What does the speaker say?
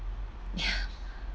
yeah